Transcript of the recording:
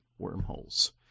Wormholes